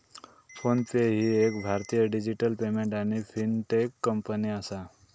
phone पे ही एक भारतीय डिजिटल पेमेंट आणि फिनटेक कंपनी आसा